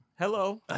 Hello